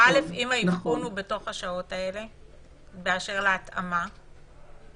האם האבחון באשר להתאמה הוא בשעות האלה?